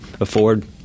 afford